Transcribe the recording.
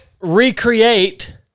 recreate